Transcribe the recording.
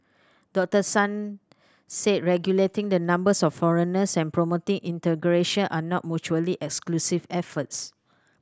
Doctor Tan said regulating the numbers of foreigners and promoting integration are not mutually exclusive efforts